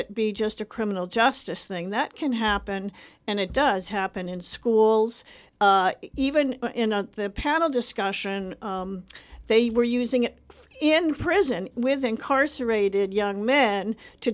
it be just a criminal justice thing that can happen and it does happen in schools even in on the panel discussion they were using it in prison with incarcerated young men to